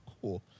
cool